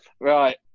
Right